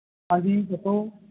ਹਾਂਜੀ ਦੱਸੋ